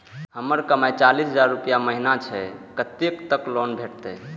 हमर कमाय चालीस हजार रूपया महिना छै कतैक तक लोन भेटते?